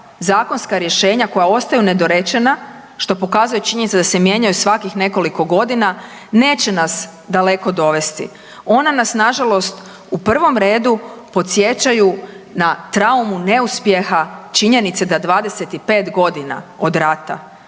zakonska rješenja koja ostaju nedorečena što pokazuje činjenica da se mijenjaju svakih nekoliko godina neće nas daleko dovesti. Ona nas na žalost u prvom redu podsjećaju na traumu neuspjeha činjenice da 25 godina od rata,